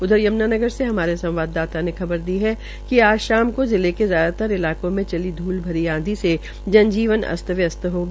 उधर यमुनानगर से हमारे संवाददाता ने खबर दी है आज शाम को जिले के ज्यादातर इलाकों में चली धूलभरी आंधी से जनजीवन अस्त व्यस्त हो गया